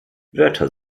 wörter